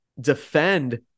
defend